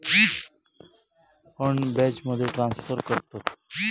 fund बॅचमध्ये transfer करतत